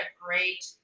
great